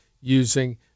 using